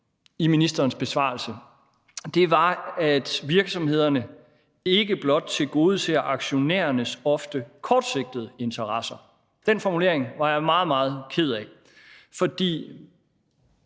i ministerens besvarelse, var udsagnet om, at virksomhederne ikke blot skal tilgodese aktionærernes ofte kortsigtede interesser. Den formulering var jeg meget, meget ked af, for